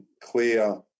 clear